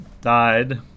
died